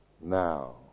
now